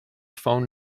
phone